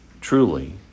truly